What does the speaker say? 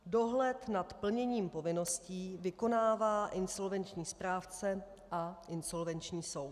Dohled nad plněním povinností vykonává insolvenční správce a insolvenční soud.